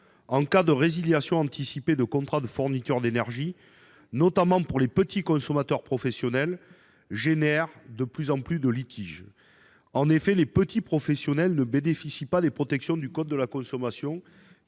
en cas de résiliation anticipée de contrats de fourniture d’énergie, notamment pour les petits consommateurs professionnels, génèrent de plus en plus de litiges. En effet, les petits professionnels ne bénéficient pas des protections du code de la consommation